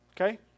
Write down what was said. Okay